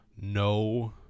no